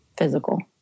Physical